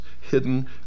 hidden